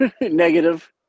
negative